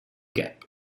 gap